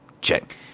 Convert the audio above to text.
Check